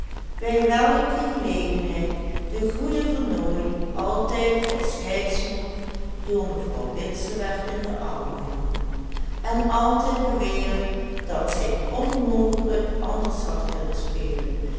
bij welke gelegenheid de goede vernooy altijd als scheidsman door mevrouw witse werd in den arm genomen en altijd beweerde dat zij onmogelijk anders had kunnen spelen